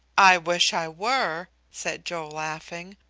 i wish i were, said joe, laughing,